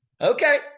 Okay